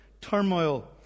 turmoil